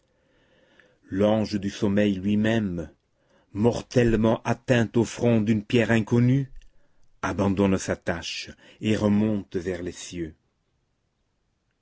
l'ange du sommeil lui-même mortellement atteint au front d'une pierre inconnue abandonne sa tâche et remonte vers les cieux